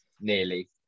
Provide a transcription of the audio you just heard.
nearly